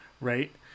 right